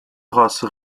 race